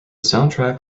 soundtrack